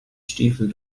stiefel